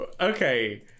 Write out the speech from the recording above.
Okay